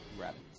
Rabbit